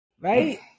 Right